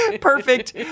perfect